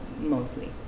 mostly